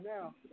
now